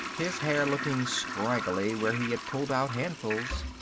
his hair looking scraggly where he had pulled out handfuls.